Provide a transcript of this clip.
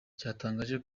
cyatangaje